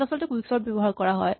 তাত আচলতে কুইকচৰ্ট ব্যৱহাৰ কৰা হয়